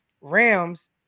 Rams